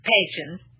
Patience